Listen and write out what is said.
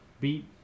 beat